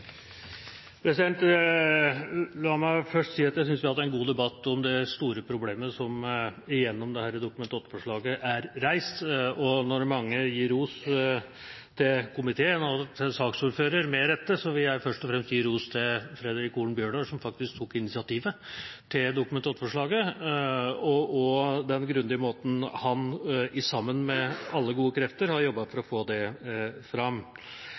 La meg først si at jeg syns vi har hatt en god debatt om dette store problemet som gjennom dette Dokument 8-forslaget er reist. Og når mange gir ros til komiteen og saksordføreren, med rette, vil jeg først og fremst gi ros til Fredric Holen Bjørdal, som faktisk tok initiativet til dette Dokument 8-forslaget, og for den grundige måten han, sammen med alle gode krefter, har jobbet for å få det fram.